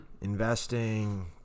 investing